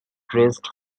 dressed